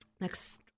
Next